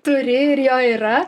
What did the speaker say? turi ir jo yra